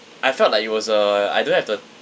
I felt like it was uh I don't have the